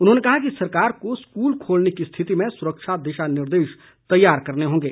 उन्होंने कहा कि सरकार को स्कूल खोलने की स्थिति में सुरक्षा दिशा निर्देश तैयार करने होंगे